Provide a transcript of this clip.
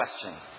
question